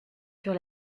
sur